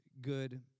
good